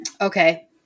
Okay